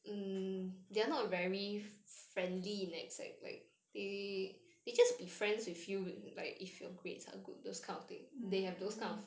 mm